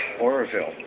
Oroville